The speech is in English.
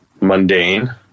mundane